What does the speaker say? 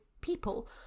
people